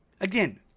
again